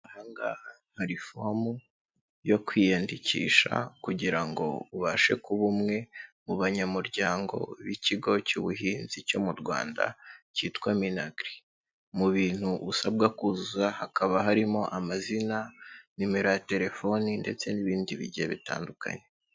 Aha ngaha hari fomu yo kwiyandikisha, kugira ngo ubashe kuba umwe mu banyamuryango b'ikigo cy'ubuhinzi cyo mu Rwanda, cyitwa MINAGRI. Mu bintu usabwa kuzazu hakaba harimo amazina, nimero ya telefoni, ndetse n'ibindi bigiye bitandukanye.